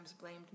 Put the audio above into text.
blamed